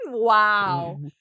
Wow